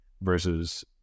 versus